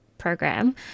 program